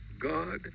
God